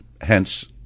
Hence